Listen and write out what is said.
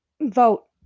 vote